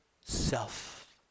self